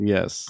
Yes